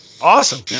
Awesome